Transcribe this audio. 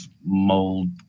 mold